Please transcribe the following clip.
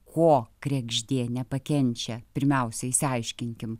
ko kregždė nepakenčia pirmiausia išsiaiškinkim